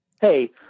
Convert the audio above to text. Hey